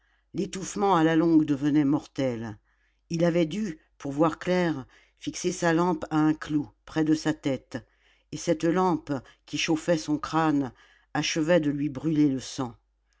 l'étouffement à la longue devenait mortel il avait dû pour voir clair fixer sa lampe à un clou près de sa tête et cette lampe qui chauffait son crâne achevait de lui brûler le sang